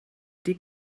wedi